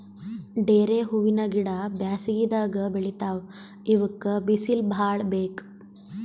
ಡೇರೆ ಹೂವಿನ ಗಿಡ ಬ್ಯಾಸಗಿದಾಗ್ ಬೆಳಿತಾವ್ ಇವಕ್ಕ್ ಬಿಸಿಲ್ ಭಾಳ್ ಬೇಕ್